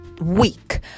week